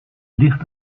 licht